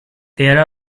there